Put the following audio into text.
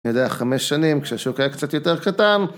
אני יודע, חמש שנים, כשהשוק היה קצת יותר קטן.